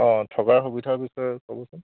অ থকাৰ সুবিধাৰ বিষয়ে ক'বচোন